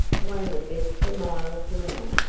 one of the best for miles around?